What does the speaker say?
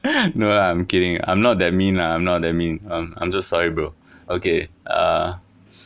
no lah I'm kidding I'm not that mean lah I'm not that mean I'm I'm so sorry bro ok err